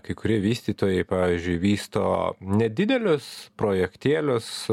kai kurie vystytojai pavyzdžiui vysto nedidelius projektėlius